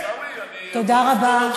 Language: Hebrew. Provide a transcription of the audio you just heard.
עיסאווי, אני,